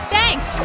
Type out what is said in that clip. Thanks